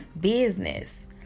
business